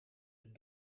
het